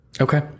Okay